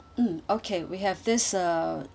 mm okay we have this uh